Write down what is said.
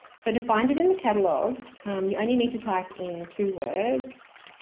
so to find it in the catalogue you only need to type in two words.